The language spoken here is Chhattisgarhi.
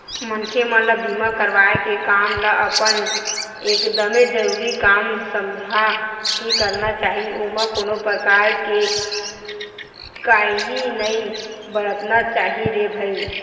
मनखे मन ल बीमा करवाय के काम ल अपन एकदमे जरुरी काम समझ के करना चाही ओमा कोनो परकार के काइही नइ बरतना चाही रे भई